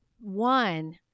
one